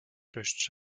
durch